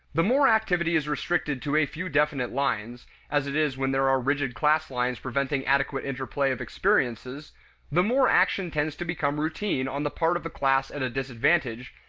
the more activity is restricted to a few definite lines as it is when there are rigid class lines preventing adequate interplay of experiences the more action tends to become routine on the part of the class at a disadvantage,